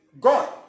God